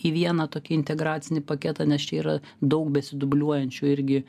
į vieną tokį integracinį paketą nes čia yra daug besidubliuojančių irgi